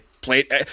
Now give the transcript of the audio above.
played